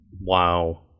Wow